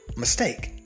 Mistake